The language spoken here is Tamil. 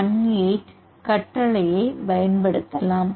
18 கட்டளையைப் பயன்படுத்தலாம்